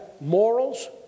morals